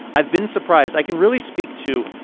i've been surprised i can really speak to.